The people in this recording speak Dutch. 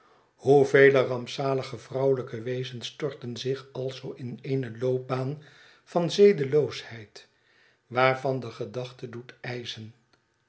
hoevele rampzalige vrouwelijke wezens storten zich alzoo in eene loopbaan van zedeloosheid waarvan de gedachte doet ijzen